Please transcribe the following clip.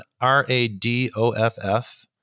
R-A-D-O-F-F